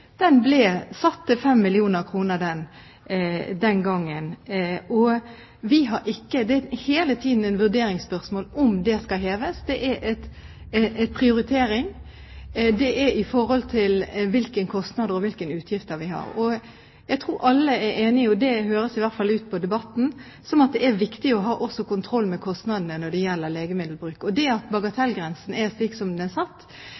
Den ble satt til 5 mill. kr den gangen. Det er hele tiden et vurderingsspørsmål om den skal heves. Det er en prioritering i forhold til hvilke kostnader og utgifter vi har. Jeg tror alle er enige – det høres i hvert fall slik ut av debatten – om at det er viktig å ha kontroll over kostnadene når det gjelder legemiddelbruk. Det at bagatellgrensen er slik den er satt,